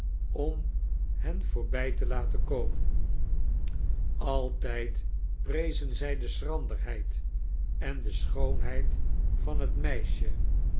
om hen voorbij te laten komen altijd prezen zij de schranderheid en schoonheid van het meisje